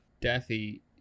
Daffy